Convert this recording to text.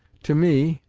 to me,